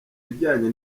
bijanye